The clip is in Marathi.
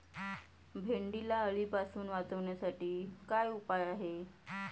भेंडीला अळीपासून वाचवण्यासाठी काय उपाय आहे?